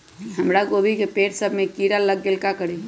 हमरा गोभी के पेड़ सब में किरा लग गेल का करी?